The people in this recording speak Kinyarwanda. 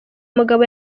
mugabo